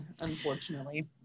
unfortunately